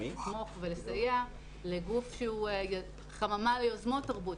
לתמוך ולסייע לגוף שהוא חממה ליוזמות תרבות,